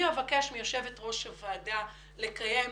אני אבקש מיושבת ראש הוועדה לקיים